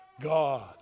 God